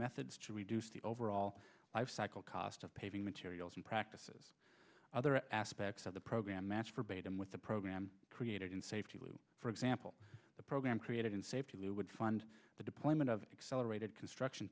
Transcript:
methods to reduce the overall cycle cost of paving materials and practices other aspects of the program match forbade them with the program created in safety for example the program created in safety would fund the deployment of accelerated construction